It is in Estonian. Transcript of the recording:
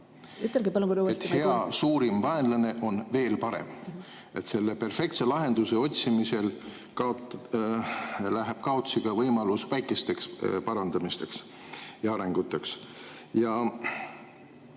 Hea suurim vaenlane on veel parem. Selle perfektse lahenduse otsimisel läheb kaotsi ka võimalus väikesteks parandamisteks ja arenguteks.